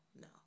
no